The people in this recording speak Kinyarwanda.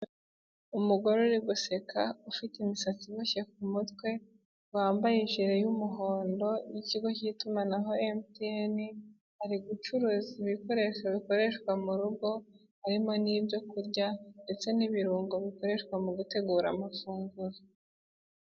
Umugore uri guseka, ufite imisatsi iboshye ku mutwe, wambaye ijire y'umuhondo y'ikigo k'itumanaho MTN, ari gucuruza ibikoresho bikoreshwa mu rugo harimo n'ibyo kurya ndetse n'ibirungo bikoreshwa mu gutegura amafunguro.